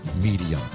medium